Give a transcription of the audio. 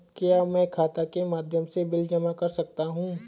क्या मैं खाता के माध्यम से बिल जमा कर सकता हूँ?